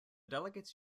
delegates